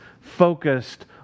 focused